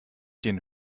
den